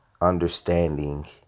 understanding